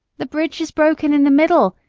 the bridge is broken in the middle,